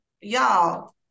y'all